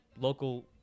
local